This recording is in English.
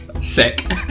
Sick